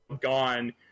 gone